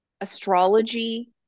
astrology